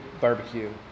barbecue